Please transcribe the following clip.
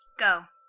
go,